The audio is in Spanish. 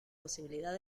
posibilidad